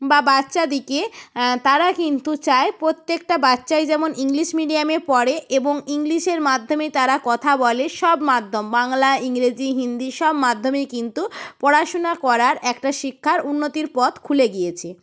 বা বাচ্চাদিকে তারা কিন্তু চায় প্রত্যেকটা বাচ্চাই যেমন ইংলিশ মিডিয়ামে পড়ে এবং ইংলিশের মাধ্যমে তারা কথা বলে সব মাধ্যমে বাংলা ইংরেজি হিন্দি সব মাধ্যমেই কিন্তু পড়াশোনা করার একটা শিক্ষার উন্নতির পথ খুলে গিয়েছে